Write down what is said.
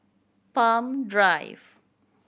Palm Drive